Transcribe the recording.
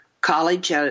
college